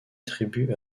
tribus